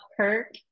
Kirk